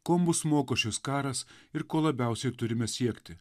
ko mus moko šis karas ir ko labiausiai turime siekti